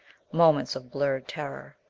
moments of blurred terror.